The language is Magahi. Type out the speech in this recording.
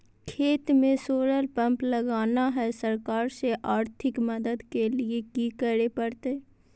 खेत में सोलर पंप लगाना है, सरकार से आर्थिक मदद के लिए की करे परतय?